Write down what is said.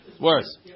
Worse